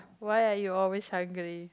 why are you always hungry